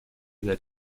that